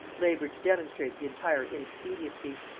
labored to demonstrate the entire inexpediency.